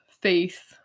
faith